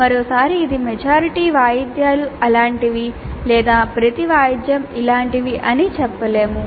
మరోసారి ఇది మెజారిటీ వాయిద్యాలు అలాంటివి లేదా ప్రతి వాయిద్యం ఇలాంటివి అని చెప్పలేము